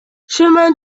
chemin